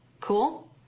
Cool